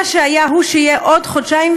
מה שהיה הוא שיהיה עוד חודשיים.